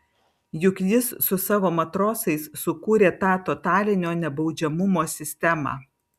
juk jis su savo matrosais sukūrė tą totalinio nebaudžiamumo sistemą